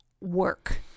work